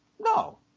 No